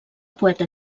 poeta